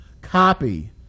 copy